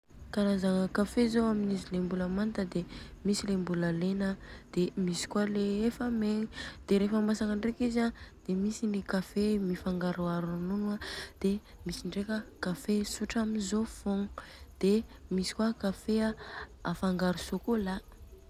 Karazagna café zô amin'ny izy le mbôla manta de misy le mbola lena an, de misy kôa le efa megna. Rehefa masaka ndreka izy an de misy le afangaro ronono an de misy ndreka an café tsotra amzô fogna, de misy kôa café an afangaro chocolat.